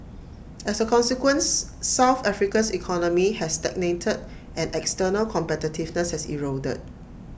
as A consequence south Africa's economy has stagnated and external competitiveness has eroded